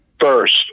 first